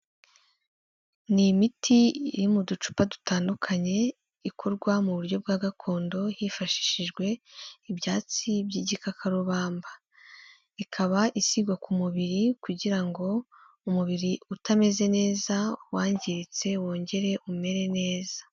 Ni imiti iri mu ducupa dutandukanye ikorwa mu buryo bwa gakondo hifashishijwe ibyatsi by'igikakarubamba, ikaba isigwa ku mubiri kugira ngo umubiri utameze neza wangiritse wongere umere neza.